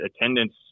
attendance